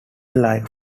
like